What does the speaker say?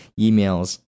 emails